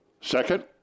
Second